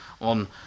on